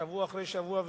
שבוע אחרי שבוע.